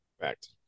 Correct